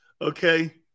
okay